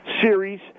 Series